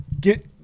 Get